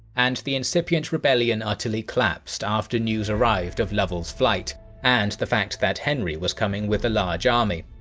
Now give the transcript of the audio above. and the incipient rebellion utterly collapsed after news arrived of lovell's flight and the fact that henry was coming with a large army.